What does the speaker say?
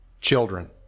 children